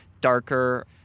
darker